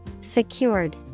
Secured